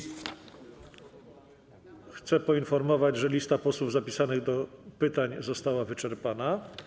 I chcę poinformować, że lista posłów zapisanych do pytań została wyczerpana.